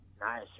Nice